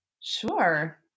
Sure